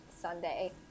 Sunday